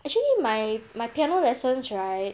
actually my my piano lessons right